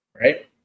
right